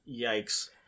Yikes